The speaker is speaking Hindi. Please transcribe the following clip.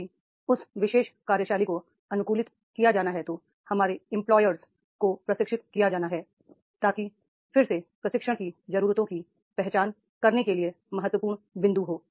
यदि उस विशेष कार्यशैली को अनुकूलित किया जाना है तो हमारे नियोक्ताओं को प्रशिक्षित किया जाना है ताकि फिर से प्रशिक्षण की जरूरतों की पहचान करने के लिए महत्वपूर्ण बिंदु हो